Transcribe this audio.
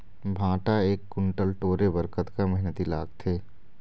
भांटा एक कुन्टल टोरे बर कतका मेहनती लागथे?